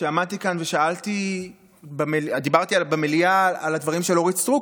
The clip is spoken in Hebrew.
כשעמדתי כאן ודיברתי במליאה על הדברים של אורית סטרוק,